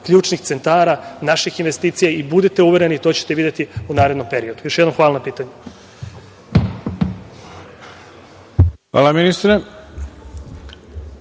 ključnih centara naših investicija i budite uvereni, to ćete videti u narednom periodu. Još jednom, hvala na pitanju. **Ivica